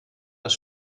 das